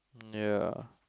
ya